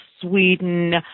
Sweden